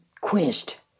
quenched